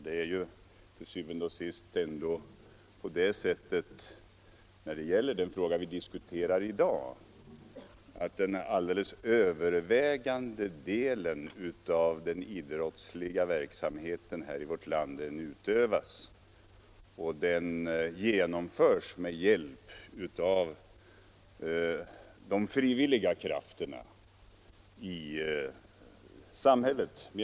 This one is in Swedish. Det är til syvende og sidst ändå på det sättet att den alldeles övervägande delen av den idrottsliga verk samheten i vårt land genomförs med hjälp av de frivilliga krafterna i samhället.